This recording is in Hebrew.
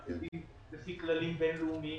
אנחנו עובדים לפי כללים בין-לאומיים.